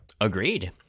Agreed